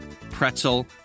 pretzel